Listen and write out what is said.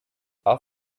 are